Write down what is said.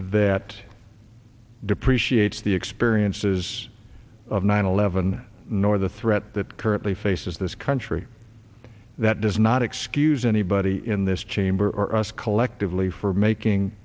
that depreciates the experiences of nine eleven nor the threat that currently faces this country that does not excuse anybody in this chamber or us collectively for making